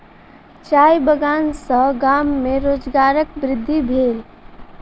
चाय बगान सॅ गाम में रोजगारक वृद्धि भेल